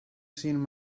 seen